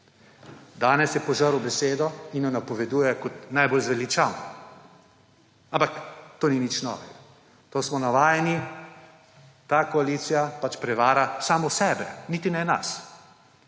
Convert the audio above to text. Danes je požrl besedo in jo napoveduje kot najbolj zveličavno. Ampak to ni nič novega, to smo navajeni. Ta koalicija pač prevara samo sebe, niti ne nas.